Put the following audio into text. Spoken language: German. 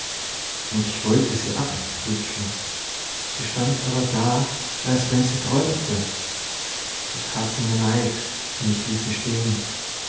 und ich wollte sie abpflücken sie stand aber da als wenn sie träumte da tat sie mir leid und ich ließ sie stehen